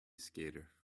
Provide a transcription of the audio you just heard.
skater